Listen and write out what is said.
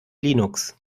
linux